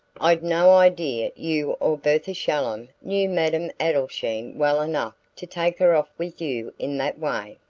i'd no idea you or bertha shallum knew madame adelschein well enough to take her off with you in that way.